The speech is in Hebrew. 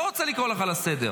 לא רוצה לקרוא אותך לסדר.